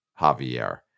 Javier